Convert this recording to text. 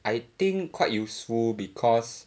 I think quite useful because